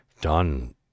done